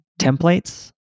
templates